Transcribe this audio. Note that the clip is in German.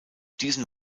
diesen